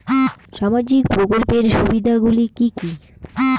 সামাজিক প্রকল্পের সুবিধাগুলি কি কি?